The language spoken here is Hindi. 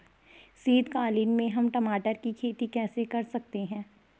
शीतकालीन में हम टमाटर की खेती कैसे कर सकते हैं?